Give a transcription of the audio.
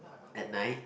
at night